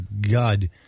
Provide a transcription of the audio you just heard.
god